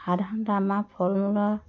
সাধাৰণতে আমাৰ ফল মূলৰ